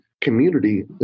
community